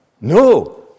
no